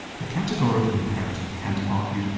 the categorical imperative, kant argued,